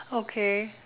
okay